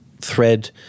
thread